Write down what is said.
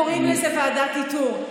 קוראים לזה ועדת איתור.